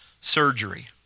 surgery